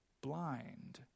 blind